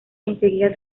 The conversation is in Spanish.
enseguida